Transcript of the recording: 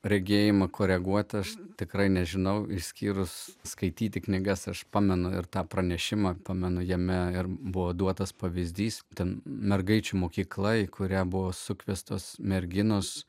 regėjimą koreguoti aš tikrai nežinau išskyrus skaityti knygas aš pamenu ir tą pranešimą pamenu jame ir buvo duotas pavyzdys ten mergaičių mokykla kuria buvo sukviestos merginos